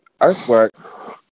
Earthwork